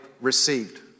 received